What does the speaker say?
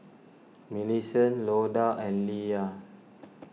Millicent Loda and Leia